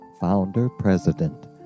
founder-president